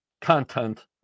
content